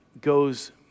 goes